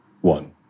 one